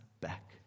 back